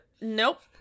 Nope